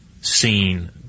seen